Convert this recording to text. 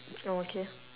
oh okay